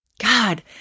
God